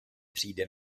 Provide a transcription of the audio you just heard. přijde